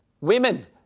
women